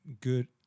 good